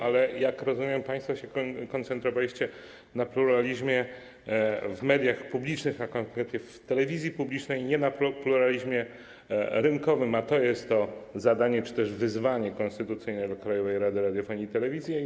Ale, jak rozumiem, państwo się koncentrowaliście na pluralizmie w mediach publicznych, a konkretnie w telewizji publicznej, nie na pluralizmie rynkowym, a to jest to zadanie czy też wyzwanie konstytucyjne dla Krajowej Rady Radiofonii i Telewizji.